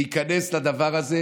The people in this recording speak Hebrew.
להיכנס לדבר הזה,